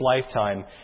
lifetime